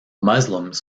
muslims